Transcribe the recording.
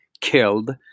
killed